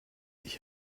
ich